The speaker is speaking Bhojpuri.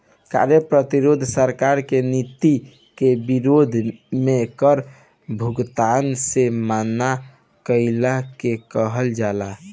कार्य प्रतिरोध सरकार के नीति के विरोध में कर भुगतान से मना कईला के कहल जाला